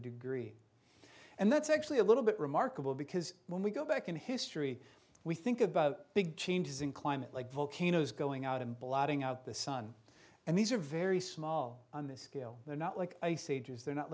degree and that's actually a little bit remarkable because when we go back in history we think about big changes in climate like volcanoes going out and blotting out the sun and these are very small on this scale they're not like ice ages they're not